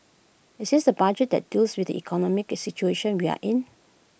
is this A budget that deals with the economic situation we are in